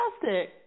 fantastic